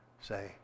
say